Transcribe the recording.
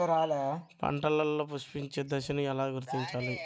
పంటలలో పుష్పించే దశను ఎలా గుర్తించాలి?